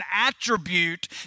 attribute